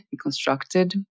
constructed